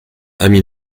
ami